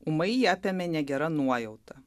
ūmai jį apėmė negera nuojauta